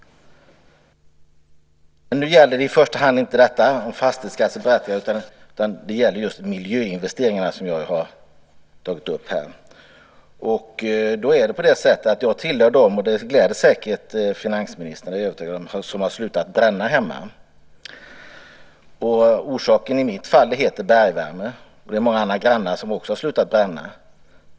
Nu gäller den här debatten inte i första hand fastighetsskatten, utan den gäller miljöinvesteringar. Jag hör till dem - och det gläder säkert finansministern - som har slutat bränna hemma. I mitt fall är orsaken bergvärme. Det är också många grannar som har slutat att bränna.